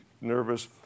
nervous